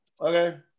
Okay